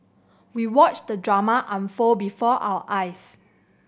we watched the drama unfold before our eyes